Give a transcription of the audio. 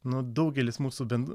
nu daugelis mūsų ben